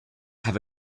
have